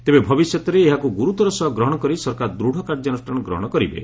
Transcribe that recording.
ତେବେ ଭବିଷ୍ୟତରେ ଏହାକୁ ଗୁରୁତର ସହ ଗ୍ରହଣ କରି ସରକାର ଦୂଢ଼ କାର୍ଯ୍ୟାନୃଷ୍ଣାନ ଗ୍ରହଣ କରିବେ